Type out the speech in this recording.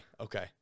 Okay